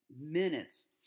minutes